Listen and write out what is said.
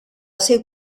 ser